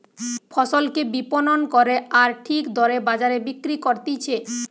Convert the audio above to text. ফসলকে বিপণন করে আর ঠিক দরে বাজারে বিক্রি করতিছে